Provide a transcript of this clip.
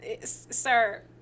sir